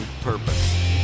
purpose